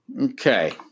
okay